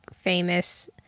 famous